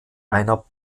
einer